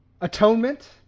Atonement